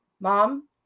Mom